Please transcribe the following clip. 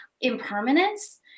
impermanence